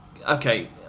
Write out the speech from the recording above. Okay